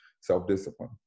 self-discipline